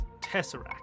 tesseract